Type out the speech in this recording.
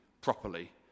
properly